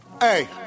Hey